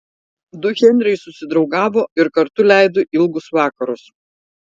du henriai susidraugavo ir kartu leido ilgus vakarus